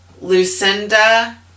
Lucinda